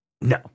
No